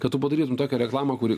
kad tu padarytum tokią reklamą kuri